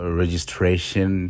registration